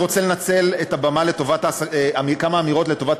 אני רוצה לנצל את הבמה לכמה אמירות לטובת